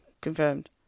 confirmed